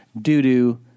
Doo-doo